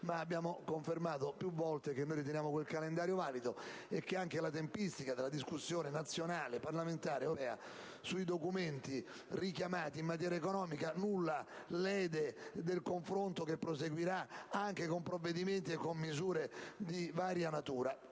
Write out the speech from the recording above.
ma abbiamo confermato più volte che ritenevamo valido quel calendario e che anche la tempistica della discussione nazionale, parlamentare e europea sui Documenti richiamati in materia economica nulla lede circa il confronto che proseguirà anche con provvedimenti e misure di varia natura.